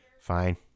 Fine